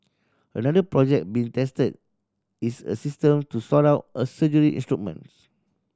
another project being tested is a system to sort out a surgery instruments